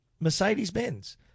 Mercedes-Benz